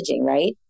right